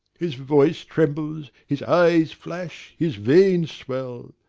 his voice trembles, his eyes flash, his veins swell.